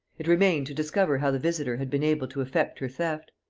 it remained to discover how the visitor had been able to effect her theft.